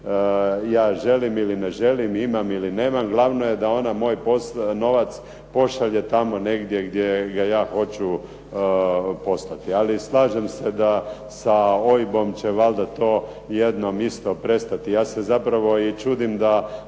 ja želim ili ne želim, imam ili nemam. Glavno je da ona moj novac pošalje tamo negdje gdje ga ja hoću poslati. Ali slažem se da sa OIB-om će valjda to jednom isto prestati. Ja se zapravo i čudim da